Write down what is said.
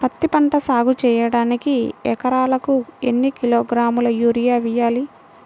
పత్తిపంట సాగు చేయడానికి ఎకరాలకు ఎన్ని కిలోగ్రాముల యూరియా వేయాలి?